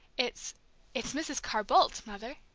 it's it's mrs. carr-boldt, mother,